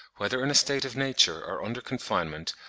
whether in a state of nature or under confinement,